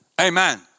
Amen